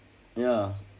ya